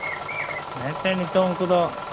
ᱦᱮᱸ ᱪᱚᱝ ᱱᱤᱛᱚᱜ ᱩᱱᱠᱩ ᱫᱚ